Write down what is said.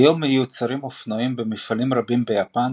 כיום מיוצרים אופנועים במפעלים רבים ביפן,